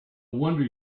wonder